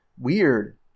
Weird